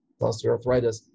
osteoarthritis